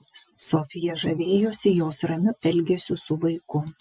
sofija žavėjosi jos ramiu elgesiu su vaiku